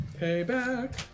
Payback